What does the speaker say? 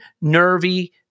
nervy